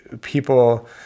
people